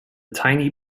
tiny